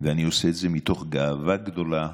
ואני עושה את זה מתוך גאווה גדולה,